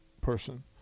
person